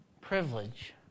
privilege